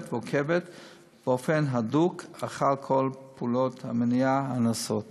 ועוקבת באופן הדוק אחר כל פעולות המניעה הנעשות.